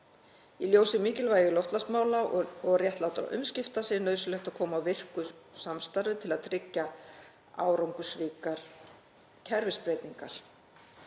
Í ljósi mikilvægi loftslagsmála og réttlátra umskipta sé nauðsynlegt að koma á virku samstarfi til að tryggja árangursríkar kerfisbreytingar.